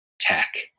tech